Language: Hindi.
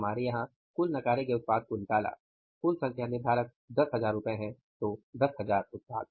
हमने यहाँ कुल नकारे गए उत्पाद को निकाला कुल संख्या निर्धारक 10000 रु है तो 10000 उत्पाद